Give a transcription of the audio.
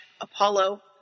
Apollo